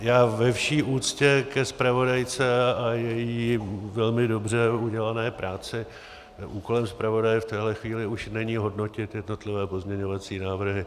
Já ve vší úctě ke zpravodajce a její velmi dobře udělané práci úkolem zpravodaje v téhle chvíli už není hodnotit jednotlivé pozměňovací návrhy.